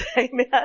amen